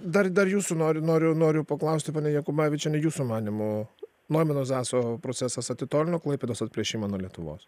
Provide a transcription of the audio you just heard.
dar dar jūsų noriu noriu noriu paklausti ponia jakubavičiene jūsų manymu noimano zaso procesas atitolino klaipėdos atplėšimą nuo lietuvos